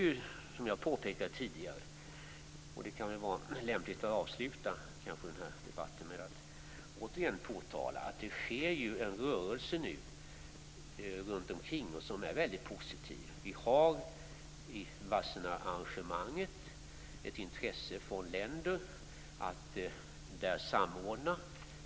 Jag påtalar återigen - och det kan väl vara lämpligt att avsluta debatten med detta - att det sker en rörelse runt omkring som är väldigt positiv. I Wassenaararrangemanget finns från länder ett intresse av samordning.